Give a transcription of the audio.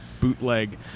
bootleg